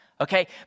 okay